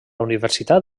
universitat